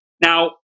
Now